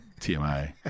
TMI